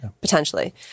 potentially